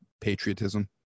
patriotism